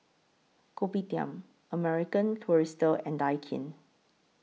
Kopitiam American Tourister and Daikin